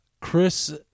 chris